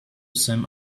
some